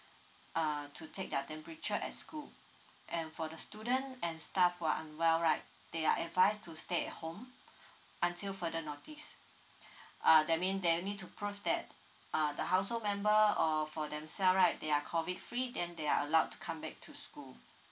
uh to take their temperature at school and for the student and staff who are unwell right they are advised to stay at home until further notice uh that mean they will need to prove that uh the household member or for themselves right they are COVID free then they are allowed to come back to school